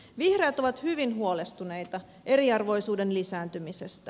vihreät ovat hyvin huolestuneita eriarvoisuuden lisääntymisestä